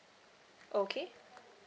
okay